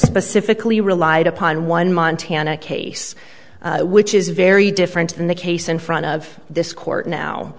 specifically relied upon one montana case which is very different than the case in front of this court now